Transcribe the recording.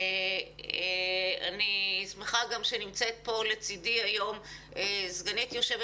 אני שמחה שנמצאת כאן לצדי היום סגנית יושבת